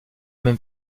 même